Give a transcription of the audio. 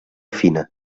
fina